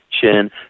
chin